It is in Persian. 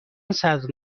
صدر